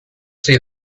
see